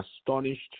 astonished